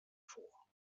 vor